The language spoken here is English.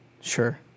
sure